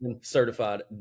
certified